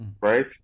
right